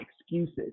excuses